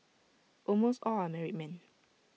almost all are married men